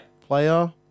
player